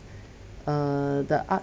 err the art